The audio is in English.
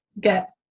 get